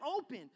open